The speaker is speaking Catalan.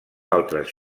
altres